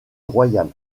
royale